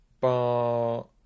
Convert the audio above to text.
bar